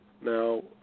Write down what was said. Now